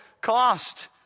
cost